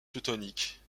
teutonique